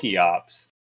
Ops